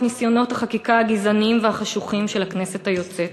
ניסיונות החקיקה הגזעניים והחשוכים של הכנסת היוצאת,